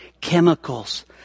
chemicals